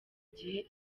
gihe